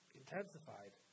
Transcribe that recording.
intensified